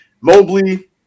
Mobley